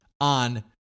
on